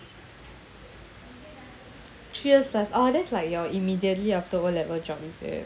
Cheers plus orh that's like your immediately after O level job is it